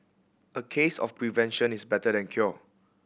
a case of prevention is better than cure